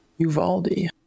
Uvaldi